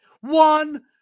one